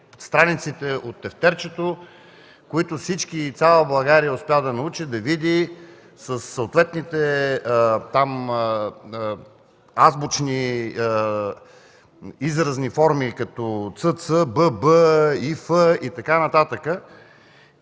страниците от тефтерчето, които цяла България успя да научи, да види, със съответните азбучни изразни форми като Ц.Ц., Б.Б., И.Ф. и така нататък.